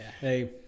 hey